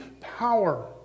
power